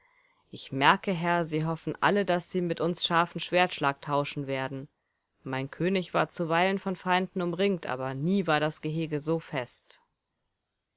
ich merke herr sie hoffen alle daß sie mit uns scharfen schwertschlag tauschen werden mein könig war zuweilen von feinden umringt nie aber war das gehege so fest